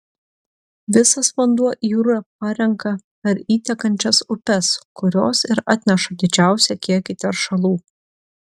visas vanduo į jūrą parenka per įtekančias upes kurios ir atneša didžiausią kiekį teršalų